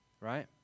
right